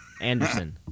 Anderson